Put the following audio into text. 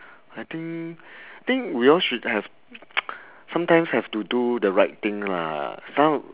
I think think we all should have sometimes have do the right thing lah some